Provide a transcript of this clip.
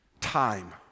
time